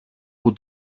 που